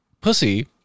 pussy